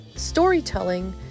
Storytelling